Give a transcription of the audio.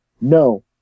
No